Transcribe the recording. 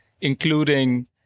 including